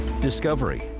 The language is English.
Discovery